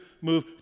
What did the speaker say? move